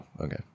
okay